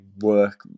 work